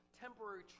temporary